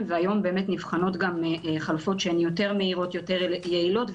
והיום נבחנות חלופות שהן יותר מהירות ויותר יעילות,